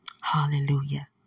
Hallelujah